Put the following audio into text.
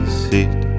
seat